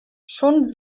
schon